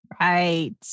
Right